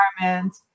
environment